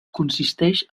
consisteix